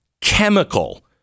chemical